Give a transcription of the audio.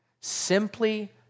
Simply